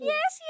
Yes